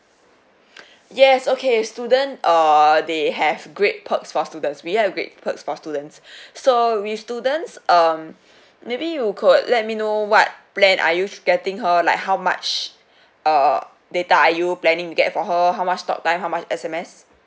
yes okay student uh they have great perks for students we have great perks for students so with students um maybe you could let me know what plan are you getting her like how much err data are you planning to get for her how much talk time how much S_M_S